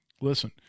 Listen